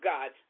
God